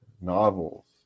novels